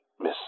Miss